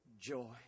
joy